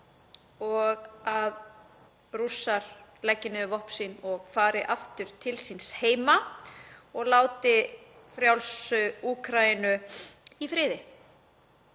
og að Rússar leggi niður vopn sín og fari aftur til síns heima og láti frjálsa Úkraínu í friði.